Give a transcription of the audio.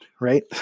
right